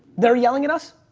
they're yelling at us.